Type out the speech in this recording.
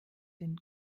den